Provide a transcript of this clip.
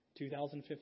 2015